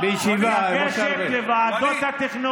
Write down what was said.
ווליד, זכות בסיסית של להתחבר לחשמל.